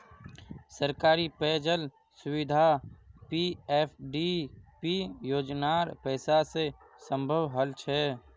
सरकारी पेय जल सुविधा पीएफडीपी योजनार पैसा स संभव हल छ